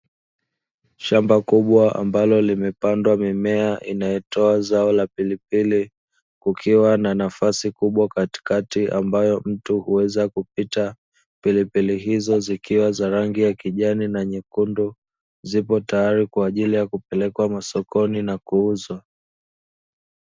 Shamba kubwa ambalo limepandwa mimea inayotoa zao la pilipili kukiwa na nafasi kubwa katikati ambayo mtu huweza kupita, pilipili hizo zikiwa za rangi ya kijani na nyekundu zipo tayari kwa ajili ya kupelekwa masokoni na kuuzwa.